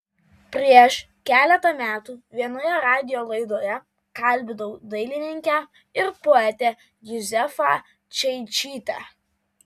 prieš keletą metų vienoje radijo laidoje kalbinau dailininkę ir poetę juzefą čeičytę